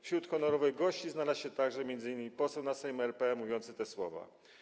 Wśród honorowych gości znalazł się także m.in. poseł na Sejm RP mówiący te słowa.